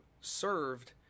served